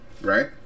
right